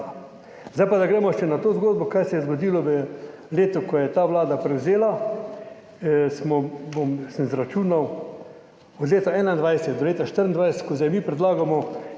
Zdaj pa gremo še na to zgodbo, kaj se je zgodilo v letu, ko je ta vlada prevzela. Sem izračunal, od leta 2021 do leta 2024, odkar mi predlagamo,